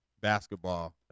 basketball